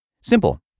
Simple